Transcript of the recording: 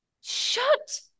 Shut